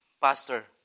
Pastor